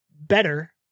better